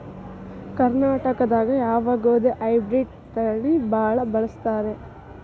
ಕರ್ನಾಟಕದಾಗ ಯಾವ ಗೋಧಿ ಹೈಬ್ರಿಡ್ ತಳಿ ಭಾಳ ಬಳಸ್ತಾರ ರೇ?